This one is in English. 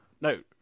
No